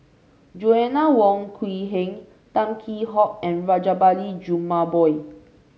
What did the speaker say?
Joanna Wong Quee Heng Tan Kheam Hock and Rajabali Jumabhoy